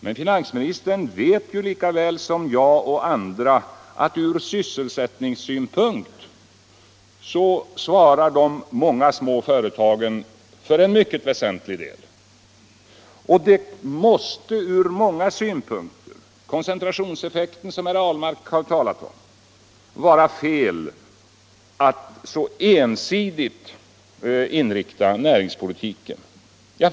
Men finansministern vet ju lika väl som jag och andra att de många småföretagen ur sysselsättningssynpunkt svarar för en mycket väsentlig del. Det måste ur många synpunkter — bl.a. med tanke på koncentrationseffekten, som herr Ahlmark har talat om — vara fel att inrikta näringspolitiken så ensidigt.